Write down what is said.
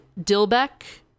Dilbeck